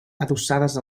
adossades